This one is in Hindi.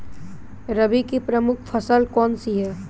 रबी की प्रमुख फसल कौन सी है?